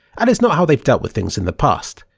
and it's not how they've dealt with things in the past.